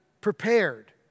prepared